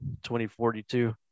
2042